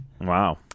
Wow